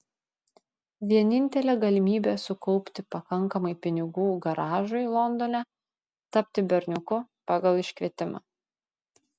vienintelė galimybė sukaupti pakankamai pinigų garažui londone tapti berniuku pagal iškvietimą